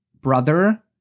brother